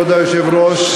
כבוד היושב-ראש,